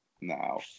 No